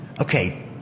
okay